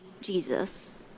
Jesus